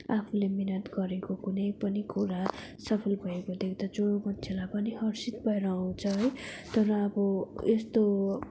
आफूले मिहिनेत गरेको कुनै पनि कुरा सफल भएको देख्दा जो मान्छेलाई पनि हर्षित भएर आउँछ है तर अब यस्तो